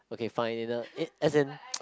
okay fine in the as an